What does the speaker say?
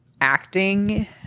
Acting